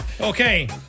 Okay